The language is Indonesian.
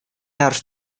harus